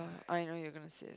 I know you're gonna say